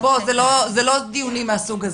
זה לא דיונים מהסוג הזה.